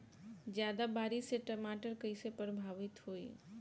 ज्यादा बारिस से टमाटर कइसे प्रभावित होयी?